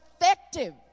effective